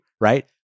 right